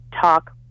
talk